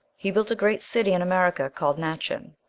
he built a great city in america called nachan,